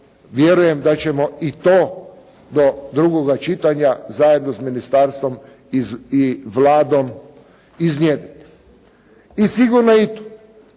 vjerujem da ćemo i to do drugoga čitanja zajedno s ministarstvom i Vladom iznijeti. I sigurno da